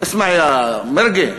אסמע יא מרגי,